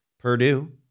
Purdue